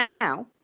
now